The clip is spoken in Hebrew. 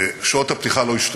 שעות הפתיחה לא השתנו,